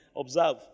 observe